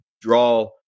draw